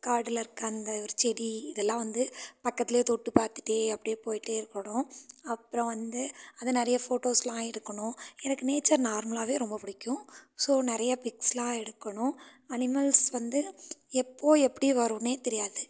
காட்டுல இருக்க அந்த ஒரு செடி இதெல்லாம் வந்து பக்கத்தில் தொட்டு பார்த்துட்டே அப்படியே போய்கிட்டே இருக்கணும் அப்புறம் வந்து அதை நிறைய ஃபோட்டோஸ்ஸெலாம் எடுக்கணும் எனக்கு நேச்சர் நார்மலாகவே ரொம்ப பிடிக்கும் ஸோ நிறைய பிக்ஸ்ஸெலாம் எடுக்கணும் அனிமல்ஸ் வந்து எப்போது எப்படி வரும்னே தெரியாது